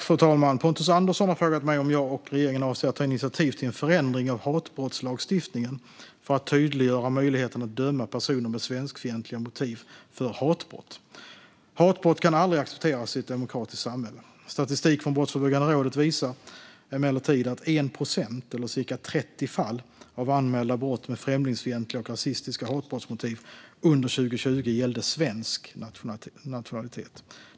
Fru talman! har frågat mig om jag och regeringen avser att ta initiativ till en förändring av hatbrottslagstiftningen för att tydliggöra möjligheten att döma personer med svenskfientliga motiv för hatbrott. Hatbrott kan aldrig accepteras i ett demokratiskt samhälle. Statistik från Brottsförebyggande rådet visar emellertid att 1 procent, eller cirka 30 fall, av anmälda brott med främlingsfientliga och rasistiska hatbrottsmotiv under 2020 gällde svensk nationalitet.